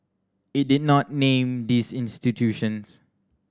it did not name these institutions